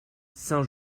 saint